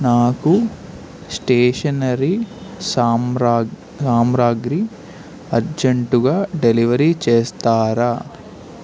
నాకు స్టేషనరీ సామాగ్రి అర్జంటుగా డెలివరీ చేస్తారా